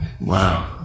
Wow